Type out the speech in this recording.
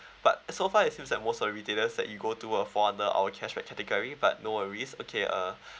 but so far you use at most our retailers that you go to are fall under our cashback category but no worries okay uh